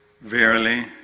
Verily